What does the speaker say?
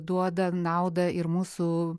duoda naudą ir mūsų